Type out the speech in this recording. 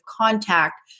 contact